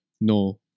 no